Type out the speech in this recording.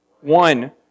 One